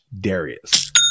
Darius